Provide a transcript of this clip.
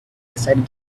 decided